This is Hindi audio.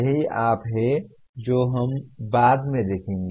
यही आप हैं जो हम बाद में देखेंगे